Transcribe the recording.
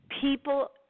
people